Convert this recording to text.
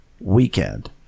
weekend